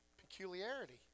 Peculiarity